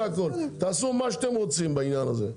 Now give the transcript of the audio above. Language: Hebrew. תעשו מה שאתם רוצים בעניין הזה,